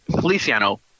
Feliciano